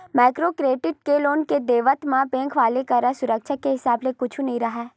micro credit के loan के देवत म बेंक वाले करा सुरक्छा के हिसाब ले कुछु नइ राहय